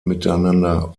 miteinander